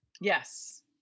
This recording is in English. Yes